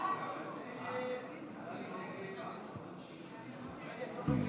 הסתייגות 746 לא נתקבלה.